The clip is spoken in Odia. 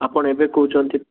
ଆପଣ ଏବେ କହୁଛନ୍ତି